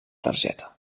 targeta